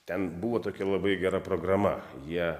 ten buvo tokia labai gera programa jie